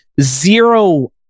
zero